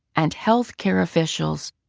and health care officials,